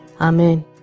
Amen